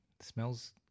Smells